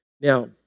Now